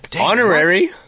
Honorary